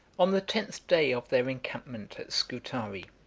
on the tenth day of their encampment at scutari,